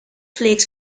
flakes